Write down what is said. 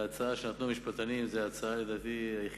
ההצעה שנתנו המשפטנים היא לדעתי ההצעה